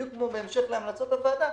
בהמשך להמלצות הוועדה,